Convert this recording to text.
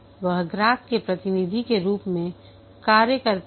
वह ग्राहक के प्रतिनिधि के रूप में कार्य करता है